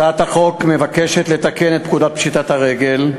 הצעת החוק מבקשת לתקן את פקודת פשיטת הרגל,